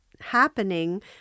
happening